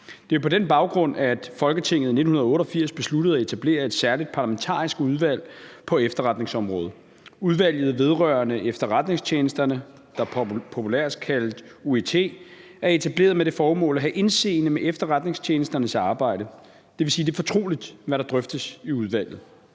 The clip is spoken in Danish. Det er på den baggrund, at Folketinget i 1988 besluttede at etablere et særligt parlamentarisk udvalg på efterretningsområdet. Udvalget vedrørende Efterretningstjenesterne, der populært kaldes UET, er etableret med det formål at have indseende med efterretningstjenesternes arbejde. Det vil sige, at det er fortroligt, hvad der drøftes i udvalget.